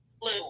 Blue